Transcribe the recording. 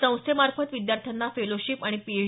संस्थेमार्फत विद्यार्थ्यांना फेलोशिप आणि पीएच